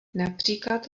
například